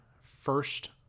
first